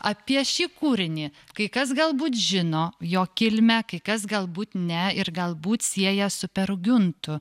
apie šį kūrinį kai kas galbūt žino jo kilmę kai kas galbūt ne ir galbūt sieja su peru giuntu